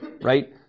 Right